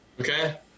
Okay